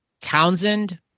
townsend